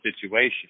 situation